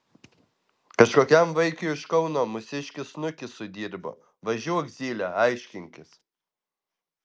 kažkokiam vaikiui iš kauno mūsiškis snukį sudirbo važiuok zyle aiškinkis